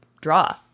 draw